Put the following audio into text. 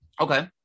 okay